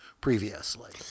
previously